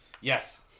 yes